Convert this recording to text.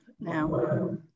now